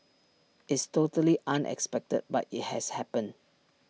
it's totally unexpected but IT has happened